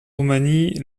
roumanie